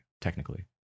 technically